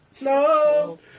no